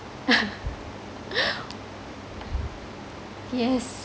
yes